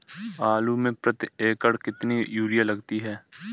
आलू में प्रति एकण कितनी यूरिया लगती है?